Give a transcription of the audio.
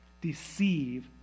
deceive